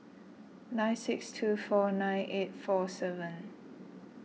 nine six two four nine eight four seven